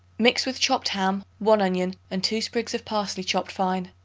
mix with chopped ham, one onion and two sprigs of parsley chopped fine.